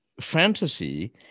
Fantasy